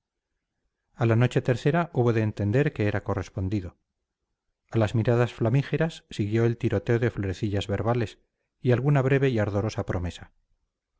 a la noche tercera hubo de entender que era correspondido a las miradas flamígeras siguió el tiroteo de florecillas verbales y alguna breve y ardorosa promesa